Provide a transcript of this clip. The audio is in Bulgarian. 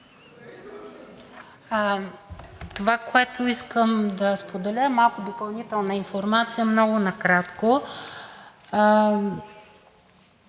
Това, което искам да споделя, е малко допълнителна информация, много накратко.